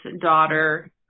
daughter